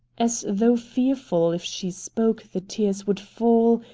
as though fearful, if she spoke, the tears would fall,